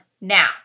Now